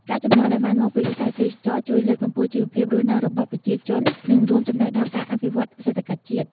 ប្រាក់ចំណូលដែលបានមកពីវិស័យទេសចរណ៍ ជួយលើកកម្ពស់ជីវភាពរស់នៅរបស់ប្រជាជន និងរួមចំណែកដល់ការអភិវឌ្ឍសេដ្ឋកិច្ចជាតិ។